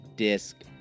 disc